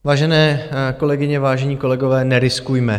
Vážené kolegyně, vážení kolegové, neriskujme!